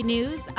News